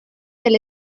del